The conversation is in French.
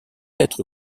être